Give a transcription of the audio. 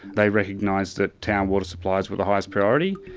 they recognised that town water supplies were the highest priority.